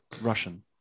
Russian